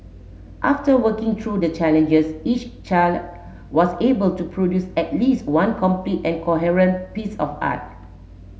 after working through the challenges each child was able to produce at least one complete and coherent piece of art